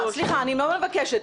אני מאוד מבקשת,